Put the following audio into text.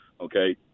Okay